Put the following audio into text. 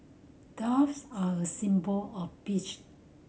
doves are a symbol of peace